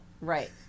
Right